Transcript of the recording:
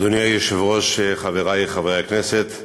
אדוני היושב-ראש, חברי חברי הכנסת,